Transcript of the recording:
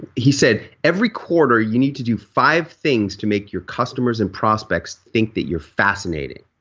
he said, every quarter you need to do five things to make your customers and prospects think that you're fascinating.